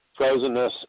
frozenness